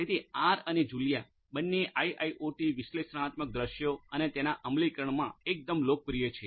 તેથી આર અને જુલિયા બંને આઇઆઇઓટી વિશ્લેષણાત્મક દૃશ્યો અને તેના અમલીકરણમાં એકદમ લોકપ્રિય છે